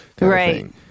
right